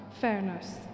fairness